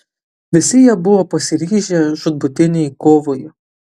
visi jie buvo pasiryžę žūtbūtinei kovai